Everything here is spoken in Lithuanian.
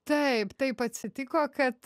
taip taip atsitiko kad